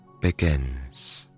begins